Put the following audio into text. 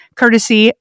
courtesy